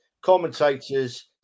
commentators